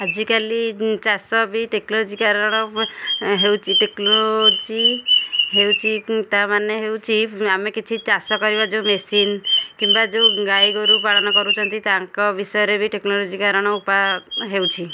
ଆଜିକାଲି ଚାଷ ବି ଟେକ୍ନୋଲୋଜି କାରଣ ହେଉଛି ଟେକ୍ନୋଜି ହେଉଛି ତାମାନେ ହେଉଛି ଆମେ କିଛି ଚାଷ କରିବା ଯେଉଁ ମେସିନ୍ କିମ୍ବା ଯେଉଁ ଗାଈଗୋରୁ ପାଳନ କରୁଛନ୍ତି ତାଙ୍କ ବିଷୟରେ ବି ଟେକ୍ନୋଲୋଜି କାରଣ ପା ହେଉଛି